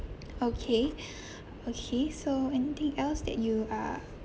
okay okay so anything else that you are